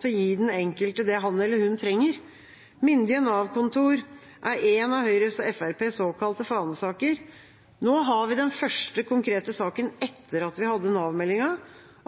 til å gi den enkelte det han eller hun trenger? Myndige Nav-kontor er en av Høyres og Fremskrittspartiets såkalte fanesaker. Nå har vi den første konkrete saken etter at vi hadde Nav-meldinga,